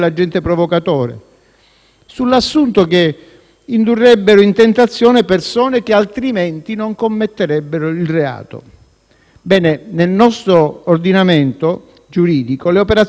sull'assunto che indurrebbero in tentazione persone che altrimenti non commetterebbero il reato. Nel nostro ordinamento giuridico le operazioni sotto copertura